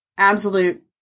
absolute